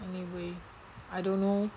anyway I don't know